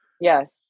yes